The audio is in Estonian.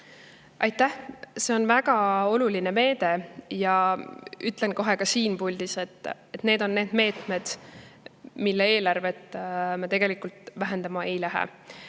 Aitäh! See on väga oluline meede. Ütlen kohe ka siin puldis, et need on meetmed, mille eelarvet me vähendama ei lähe.